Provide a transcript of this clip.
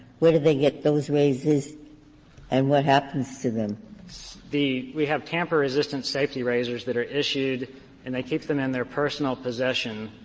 where do they get those razors and what happens to them? curran the we have tamper-resistant safety razors that are issued and they keep them in their personal possession,